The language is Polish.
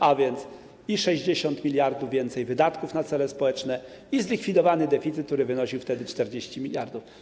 A więc i 60 mld więcej na wydatki na cele społeczne, i zlikwidowany deficyt, który wynosił wtedy 40 mld.